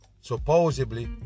supposedly